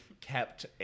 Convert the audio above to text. kept